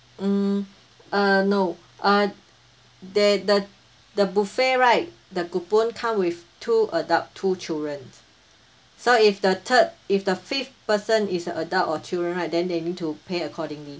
mm uh no uh there the the buffet right the coupon come with two adult two children so if the third if the fifth person is a adult or children right then they need to pay accordingly